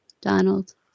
Donald